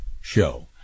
show